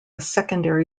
secondary